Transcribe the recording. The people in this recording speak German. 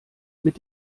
mit